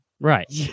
Right